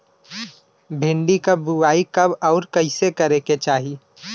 भिंडी क बुआई कब अउर कइसे करे के चाही?